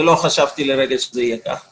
ולא חשבתי לרגע שזה יהיה כך,